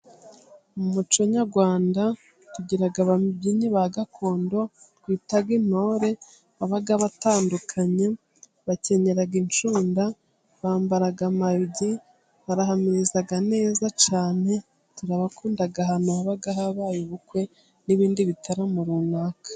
Mu muco nyarwanda tugira ababyinnyi ba gakondo twita intore, baba batandukanye, bakenyera inshunda, bambara amayugi, barahamiriza neza cyane. Turabakunda ahantu haba habaye ubukwe n'ibindi bitaramo runaka.